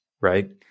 right